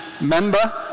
member